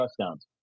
touchdowns